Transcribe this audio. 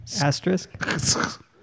Asterisk